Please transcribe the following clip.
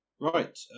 right